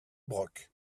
broc